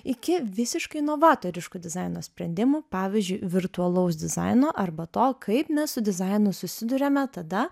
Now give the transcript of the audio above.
iki visiškai novatoriškų dizaino sprendimų pavyzdžiui virtualaus dizaino arba to kaip mes su dizainu susiduriame tada